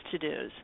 to-dos